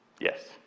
Yes